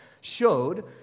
showed